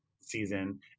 season